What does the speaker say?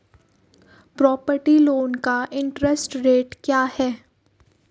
Property loan का interest rate क्या है?